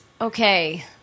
Okay